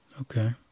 Okay